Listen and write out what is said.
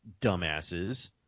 dumbasses